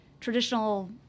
traditional